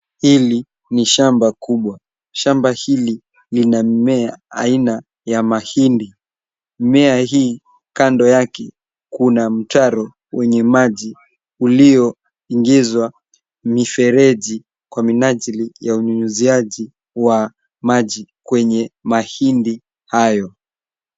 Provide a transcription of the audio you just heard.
Hili ni shamba kubwa. Shamba hili lina mimea aina ya mahindi. Mmea hii kando yake kuna mtaro wenye maji ulio ingizwa mifereji kwa minajili ya unyunyuziaji wa maji kwenye mahindi hayo.